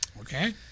okay